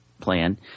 plan